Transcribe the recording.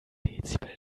dezibel